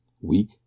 Weak